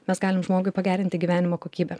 mes galim žmogui pagerinti gyvenimo kokybę